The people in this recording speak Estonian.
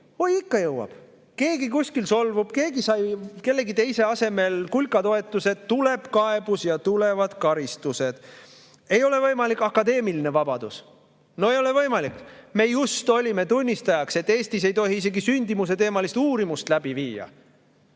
Oi, ikka jõuab! Keegi kuskil solvub, keegi sai kellegi teise asemel kulka toetuse. Tuleb kaebus ja tulevad karistused. Ei ole võimalik akadeemiline vabadus. No ei ole võimalik! Me just olime tunnistajaks, et Eestis ei tohi isegi sündimusteemalist uurimust läbi viia.